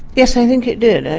yes i think it did,